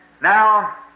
Now